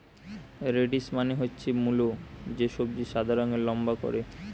radish মানে হচ্ছে মুলো, যে সবজি সাদা রঙের লম্বা করে